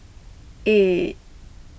eight